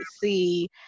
see